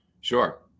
Sure